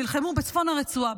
נלחמו בצפון הרצועה,